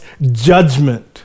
judgment